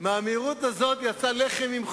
מהמהירות הזאת יצא לחם עם חורים,